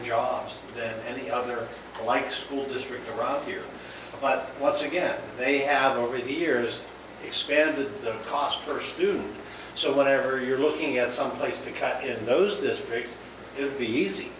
off any other like school districts around here but once again they have over the years expanded the cost per student so whatever you're looking at someplace to cut in those districts to be easy